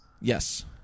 yes